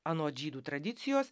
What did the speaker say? anot žydų tradicijos